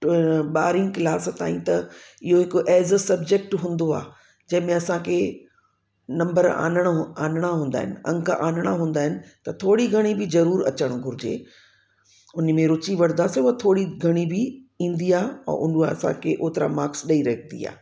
ॿारहं क्लास ताईं त इहो हिकु एज़ अ सब्जेक्ट हूंदो आहे जंहिंमें असांखे नम्बर आणिड़ो आणिड़ा हूंदा आहिनि अङ आणिड़ा हूंदा आहिनि त थोरी बि ज़रूरु अचणु घुरिजे उन में रुचि वठंदासीं उहा थोरी घणी बि ईंदी आहे ऐं उहा असांखे ओतिरा मार्क्स ॾई रखंदी आहे